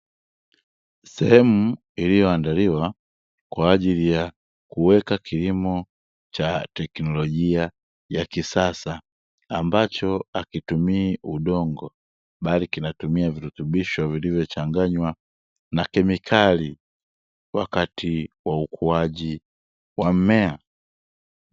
Sehemu iliyoandaliwa kwa ajili ya kuweka kilimo cha teknolojia ya kisasa, ambacho hakitumii udongo bali kinatumia virutubisho vilivyochanganywa na kemikali wakati wa ukuaji wa mmea.